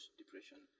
depression